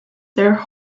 their